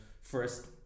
first